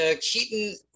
Keaton